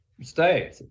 stay